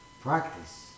practice